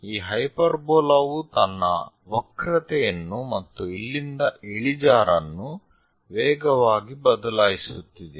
ಈ ಹೈಪರ್ಬೋಲಾ ವು ತನ್ನ ವಕ್ರತೆಯನ್ನು ಮತ್ತು ಇಲ್ಲಿಂದ ಇಳಿಜಾರನ್ನು ವೇಗವಾಗಿ ಬದಲಾಯಿಸುತ್ತಿದೆ